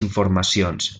informacions